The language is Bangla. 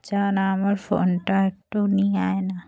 যা না আমার ফোনটা একটু নিয়ে আয় না